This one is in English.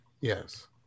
Yes